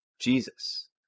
Jesus